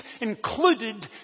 included